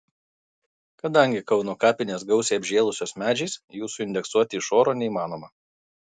kadangi kauno kapinės gausiai apžėlusios medžiais jų suindeksuoti iš oro neįmanoma